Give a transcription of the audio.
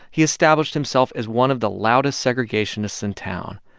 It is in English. he established himself as one of the loudest segregationists in town.